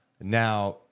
Now